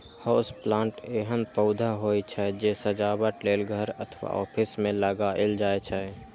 house plant एहन पौधा होइ छै, जे सजावट लेल घर अथवा ऑफिस मे लगाएल जाइ छै